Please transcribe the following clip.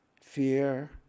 fear